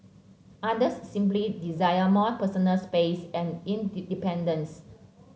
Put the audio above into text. others simply desire more personal space and independence